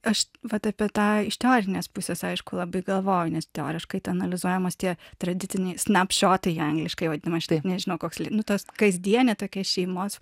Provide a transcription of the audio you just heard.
aš vat apie tą iš teorinės pusės aišku labai galvoju nes teoriškai tai analizuojamos tie tradiciniai snapšiotai angliškai vadinama šitaip nežinau koks limitas kasdienė tokia šeimos